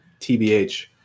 TBH